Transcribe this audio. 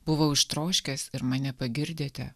buvau ištroškęs ir mane pagirdėte